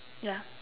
yeah